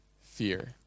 fear